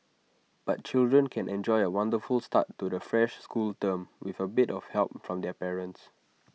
but children can enjoy A wonderful start to the fresh school term with A bit of help from their parents